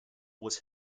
was